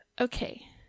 okay